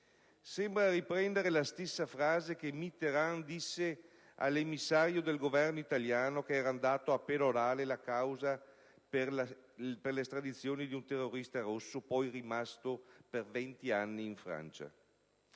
sembra riprendere la stessa frase che Mitterrand disse all'emissario del Governo italiano che era andato a perorare la causa dell'estradizione di un terrorista rosso, poi rimasto in Francia